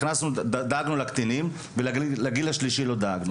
דאגנו לקטינים, ולגיל השלישי לא דאגנו.